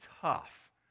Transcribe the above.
tough